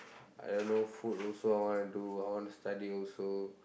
I don't know food also I wanna do I wanna study also